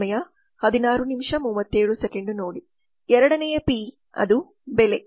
ಎರಡನೇ ಪಿ ಅದು ಬೆಲೆ